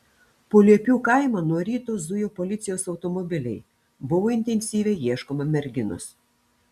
po liepių kaimą nuo ryto zujo policijos automobiliai buvo intensyviai ieškoma merginos